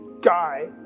guy